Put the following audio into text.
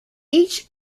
each